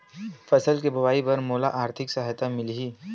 फसल के बोआई बर का मोला आर्थिक सहायता मिलही?